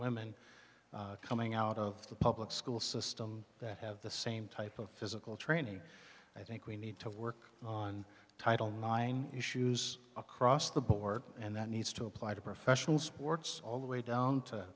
women coming out of the public school system that have the same type of physical training i think we need to work on title nine issues across the board and that needs to apply to professional sports all the way down to